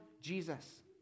Jesus